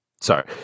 Sorry